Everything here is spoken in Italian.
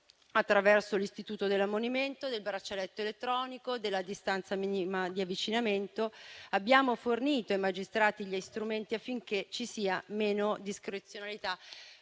attraverso l'istituto dell'ammonimento, del braccialetto elettronico e della distanza minima di avvicinamento: abbiamo fornito ai magistrati gli strumenti affinché ci sia meno discrezionalità